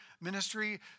ministry